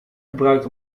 gebruikt